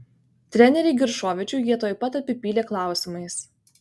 trenerį giršovičių jie tuoj pat apipylė klausimais